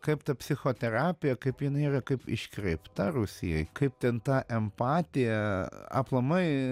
kaip ta psichoterapija kaip jinai yra kaip iškreipta rusijoj kaip ten ta empatija aplamai